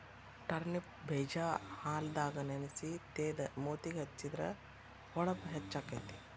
turnip ಬೇಜಾ ಹಾಲದಾಗ ನೆನಸಿ ತೇದ ಮೂತಿಗೆ ಹೆಚ್ಚಿದ್ರ ಹೊಳಪು ಹೆಚ್ಚಕೈತಿ